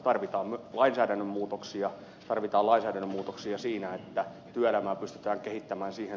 tarvitaan lainsäädännön muutoksia siinä että työelämää pystyä kehittämään sitä